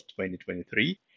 2023